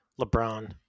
LeBron